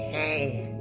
a